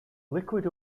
liquid